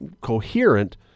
coherent